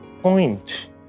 point